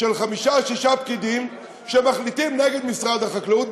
של חמישה-שישה פקידים שמחליטים נגד משרד החקלאות,